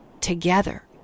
together